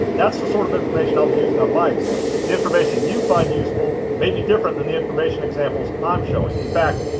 that's the sort of information i'll be using on my examples. the information you find useful may be different than the information examples i'm showing. in fact,